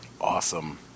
Awesome